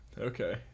Okay